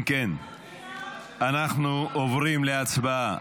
אם כן, אנחנו עוברים להצבעה.